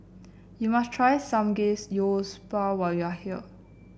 you must try Samgeyopsal when you are here